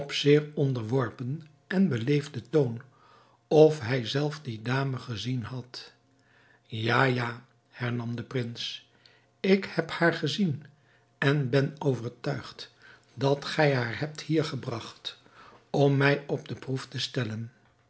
onderworpen en beleefden toon of hij zelf die dame gezien had ja ja hernam de prins ik heb haar gezien en ben overtuigd dat gij haar hebt hier gebragt om mij op de proef te stellen